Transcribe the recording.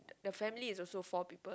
the family also four people